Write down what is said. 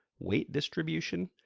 weight distribution,